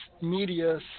media